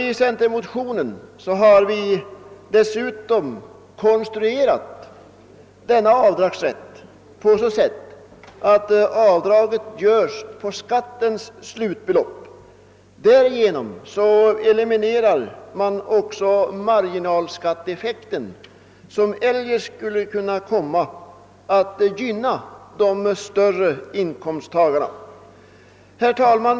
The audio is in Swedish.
I centermotionen har vi dessutom konstruerat avdragsrätten på så sätt att avdraget görs på skattens slutbelopp. Därigenom eliminerar man också marginalskatteeffekten som eljest skulle kunna komma att gynna de större inkomsttagarna. Herr talman!